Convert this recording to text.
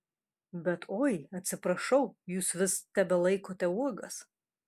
bet oi atsiprašau jūs vis tebelaikote uogas